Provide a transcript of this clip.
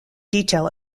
detail